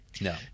No